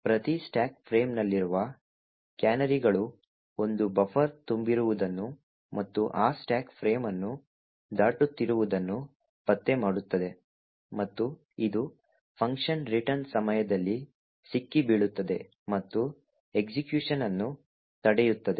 ಪ್ರತಿ ಸ್ಟಾಕ್ ಫ್ರೇಮ್ನಲ್ಲಿರುವ ಕ್ಯಾನರಿಗಳು ಒಂದು ಬಫರ್ ತುಂಬಿರುವುದನ್ನು ಮತ್ತು ಆ ಸ್ಟಾಕ್ ಫ್ರೇಮ್ ಅನ್ನು ದಾಟುತ್ತಿರುವುದನ್ನು ಪತ್ತೆ ಮಾಡುತ್ತದೆ ಮತ್ತು ಇದು ಫಂಕ್ಷನ್ ರಿಟರ್ನ್ ಸಮಯದಲ್ಲಿ ಸಿಕ್ಕಿಬೀಳುತ್ತದೆ ಮತ್ತು ಎಸ್ಎಕ್ಯುಷನ್ಅನ್ನು ತಡೆಯುತ್ತದೆ